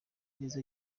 neza